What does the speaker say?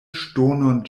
ŝtonon